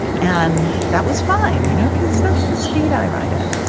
and that was fine, you know, cause that's the speed i ride at,